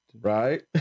right